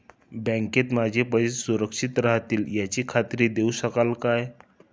बँकेत माझे पैसे सुरक्षित राहतील याची खात्री देऊ शकाल का?